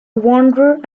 wanderer